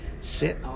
sit